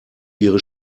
ihre